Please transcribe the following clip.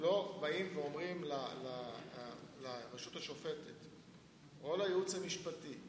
לא באים ואומרים לרשות השופטת או לייעוץ המשפטי: